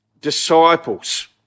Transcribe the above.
disciples